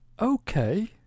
Okay